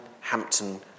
Hampton